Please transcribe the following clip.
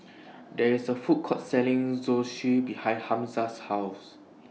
There IS A Food Court Selling Zosui behind Hamza's House